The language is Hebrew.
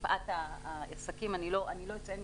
מפאת העסקים אני לא אציין מספרים.